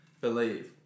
believe